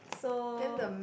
so